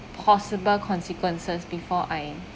possible consequences before I